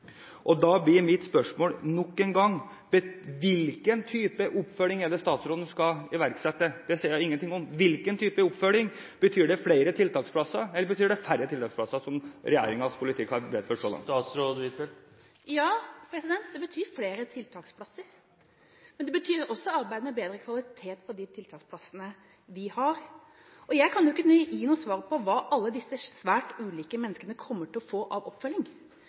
Da blir mitt spørsmål nok en gang: Hvilken type oppfølging er det statsråden skal iverksette? Det sier hun ingenting om. Hvilken type oppfølging? Betyr det flere tiltaksplasser, eller betyr det færre tiltaksplasser, som regjeringens politikk har medført så langt? Ja, det betyr flere tiltaksplasser, men det betyr også arbeid med bedre kvalitet på de tiltaksplassene vi har. Jeg kan jo ikke gi noe svar på hva alle disse svært ulike menneskene kommer til å få av oppfølging.